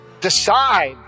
Decide